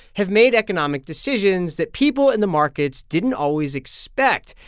have made economic decisions that people in the markets didn't always expect.